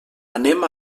anem